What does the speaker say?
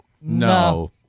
No